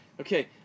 Okay